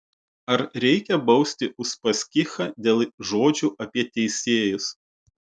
ar reikia bausti uspaskichą dėl žodžių apie teisėjus